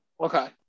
Okay